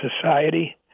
society